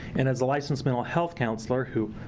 and as a licensed mental health counselor, who,